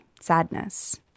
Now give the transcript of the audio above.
sadness